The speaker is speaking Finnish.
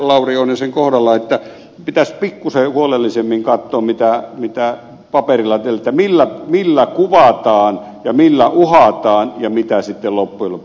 lauri oinosen kohdalla siihen että pitäisi pikkuisen huolellisemmin katsoa mitä paperilla on eli millä kuvataan ja millä uhataan ja mitä sitten loppujen lopuksi esitetään